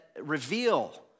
reveal